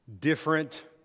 different